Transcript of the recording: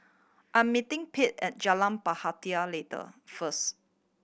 I'm meeting Pete at Jalan Bahtera later first